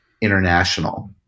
international